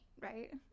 right